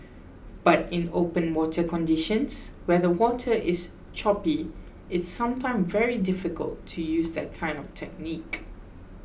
but in open water conditions where the water is choppy it's sometimes very difficult to use that kind of technique